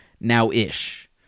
now-ish